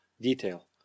detail